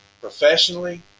professionally